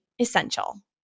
essential